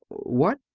what?